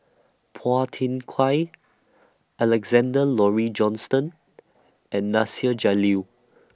Phua Thin Kiay Alexander Laurie Johnston and Nasir Jalil